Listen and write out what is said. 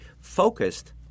focused